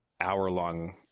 hour-long